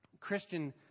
Christian